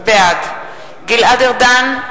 בעד גלעד ארדן,